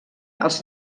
els